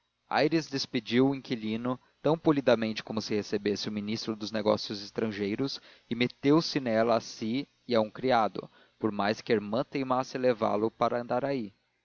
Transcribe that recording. aires despediu o inquilino tão polidamente como se recebesse o ministro dos negócios estrangeiros e meteu-se nela a si e a um criado por mais que a irmã teimasse em levá-lo para andaraí